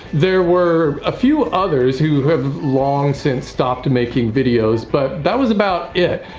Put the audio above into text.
there were a few others who have long since stopped making videos, but that was about it.